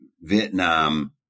Vietnam